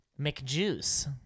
McJuice